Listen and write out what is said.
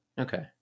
Okay